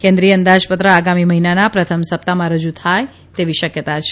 કેન્દ્રિય અંદાજપત્ર આગામી મહિનાના પ્રથમ સપ્તાહમાં રજૂ થાય તેવી શકયતા છે